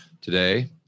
today